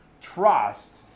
trust